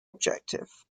objective